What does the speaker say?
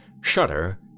Shudder